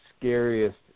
scariest